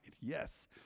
yes